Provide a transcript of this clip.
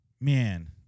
Man